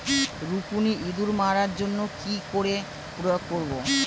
রুকুনি ইঁদুর মারার জন্য কি করে প্রয়োগ করব?